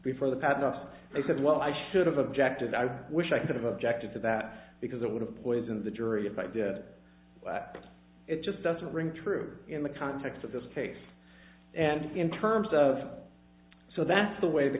before the patent office because well i should have objected i wish i could have objected to that because it would have poisoned the jury if i did it just doesn't ring true in the context of this case and in terms of so that's the way the